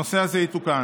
הנושא הזה יתוקן.